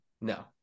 No